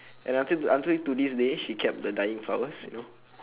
and until until to this day she kept the dying flowers you know